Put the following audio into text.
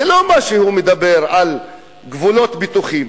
זה לא מה שהוא מדבר על גבולות בטוחים.